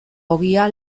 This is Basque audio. ogia